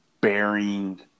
bearing